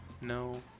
No